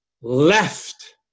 left